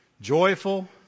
joyful